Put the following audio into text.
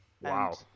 Wow